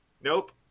nope